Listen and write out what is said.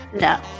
no